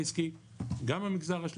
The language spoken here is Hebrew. גם מהמגזר העסקי,